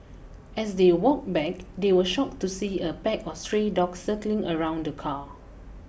as they walked back they were shocked to see a pack of stray dogs circling around the car